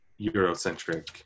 Eurocentric